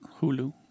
Hulu